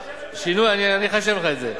אני אחשב לך את זה.